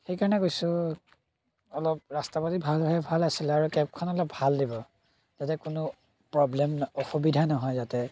সেইকাৰণে কৈছোঁ অলপ ৰাস্তা পাতি ভাল হ'লে ভাল আছিলে আৰু কেবখন অলপ ভাল দিব যাতে কোনো প্ৰব্লেম অসুবিধা নহয় যাতে